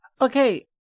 Okay